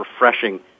refreshing